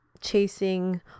chasing